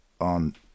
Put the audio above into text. on